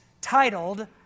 titled